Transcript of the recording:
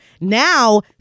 Now